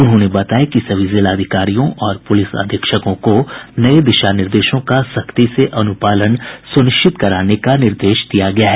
उन्होंने बताया कि सभी जिलाधिकारियों और पुलिस अधीक्षकों को नये दिशा निर्देशों का सख्ती से अनुपालन सुनिश्चित कराने का निर्देश दिया गया है